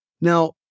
Now